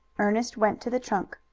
ernest went to the trunk.